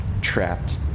trapped